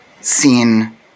seen